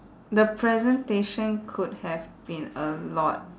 the presentation could have been a lot